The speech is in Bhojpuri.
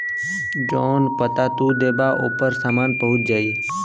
जौन पता तू देबा ओपर सामान पहुंच जाई